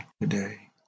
today